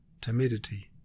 timidity